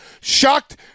shocked